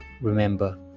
Remember